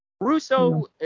Russo